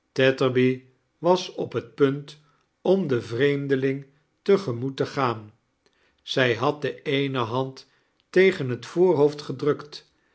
was op het punt om den vreemdeling te gemoet te gaan zij had de eene hand tegen het voorhoofd gedrukt